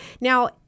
Now